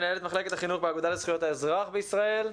מנהלת מחלקת החינוך באגודה לזכויות האזרח בישראל.